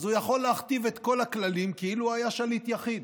אז הוא יכול להכתיב את כל הכללים כאילו הוא היה שליט יחיד.